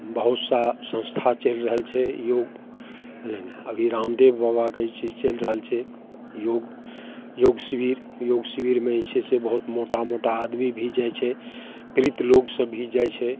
बहुत सारा संस्था चलि रहल छै योग नहि नहि अभी रामदेव बाबाके जे छै से चलि रहल छै योग शिविर योग शिविरमे जे छै से बहुत मोटा मोटा आदमी भी जाइ छै पीड़ित लोग सब भी जाइ छै